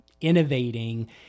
innovating